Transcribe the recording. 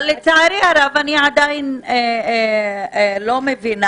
לצערי הרב, אני עדיין לא מבינה.